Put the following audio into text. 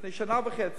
לפני שנה וחצי,